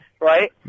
right